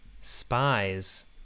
spies